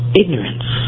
ignorance